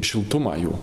šiltumą jų